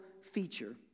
feature